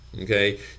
okay